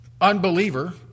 unbeliever